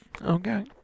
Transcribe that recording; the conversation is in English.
Okay